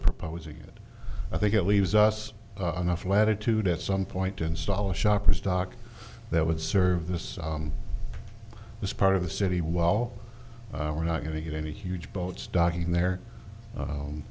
proposing it i think it leaves us enough latitude at some point to install shopper's dock that would serve this this part of the city well we're not going to get any huge boats docking there